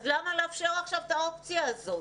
אז למה לאפשר עכשיו את האופציה הזו?